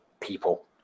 people